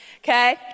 okay